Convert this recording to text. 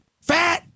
fat